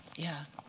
yeah.